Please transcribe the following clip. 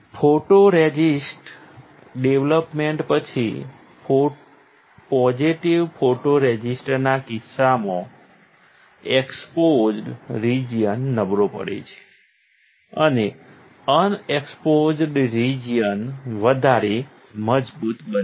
photoresist development પછી positive ફોટોરઝિસ્ટના કિસ્સામાં એક્સપોઝ્ડ રિજિઅન નબળો પડે છે અને અનએક્સપોઝ્ડ રિજિઅન વધારે મજબૂત બને છે